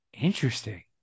Interesting